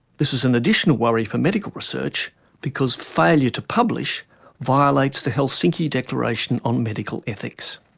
this is an additional worry for medical research because failure to publish violates the helsinki declaration on medical ethics.